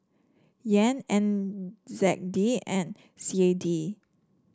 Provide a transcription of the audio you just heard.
Yen N Z D and C A D